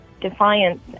defiance